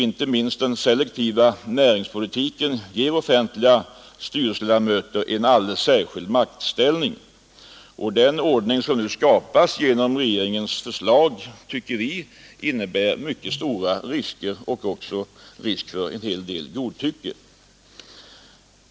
Inte minst den selektiva näringspolitiken ger offentliga styrelseledamöter en alldeles särskild maktställning. Den ordning som nu skapas genom regeringens förslag tycker vi innebär mycket stora risker, bl.a. för en hel del godtycke.